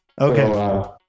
okay